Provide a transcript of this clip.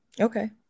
Okay